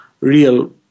real